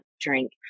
drink